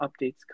updates